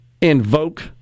invoke